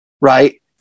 right